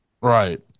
Right